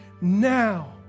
now